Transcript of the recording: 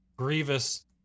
grievous